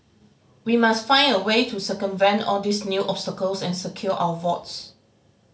we must find a way to circumvent all these new obstacles and secure our votes